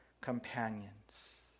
companions